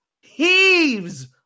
heaves